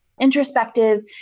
introspective